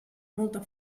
molta